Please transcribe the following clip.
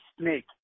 snake